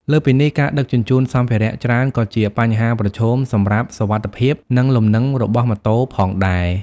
លើសពីនេះ ការដឹកជញ្ជូនសម្ភារៈច្រើនក៏ជាបញ្ហាប្រឈមសម្រាប់សុវត្ថិភាព និងលំនឹងរបស់ម៉ូតូផងដែរ។